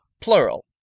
Plural